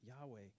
Yahweh